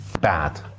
bad